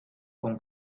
con